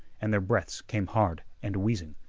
and their breaths came hard and wheezing.